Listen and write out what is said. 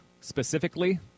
specifically